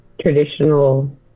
traditional